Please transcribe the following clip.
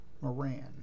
Moran